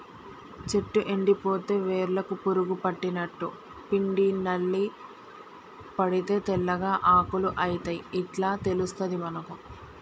చెట్టు ఎండిపోతే వేర్లకు పురుగు పట్టినట్టు, పిండి నల్లి పడితే తెల్లగా ఆకులు అయితయ్ ఇట్లా తెలుస్తది మనకు